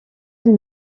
elle